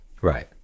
Right